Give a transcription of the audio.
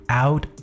out